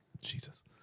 Jesus